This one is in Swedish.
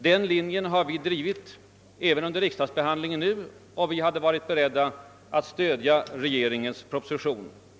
Den linjen har vi drivit även under riksdagsbehandlingen av dagens fråga och vi har varit beredda att stödja regeringens proposition.